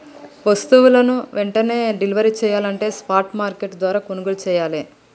వస్తువులు వెంటనే డెలివరీ చెయ్యాలంటే స్పాట్ మార్కెట్ల ద్వారా కొనుగోలు చెయ్యాలే